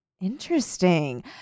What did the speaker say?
Interesting